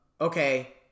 okay